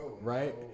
right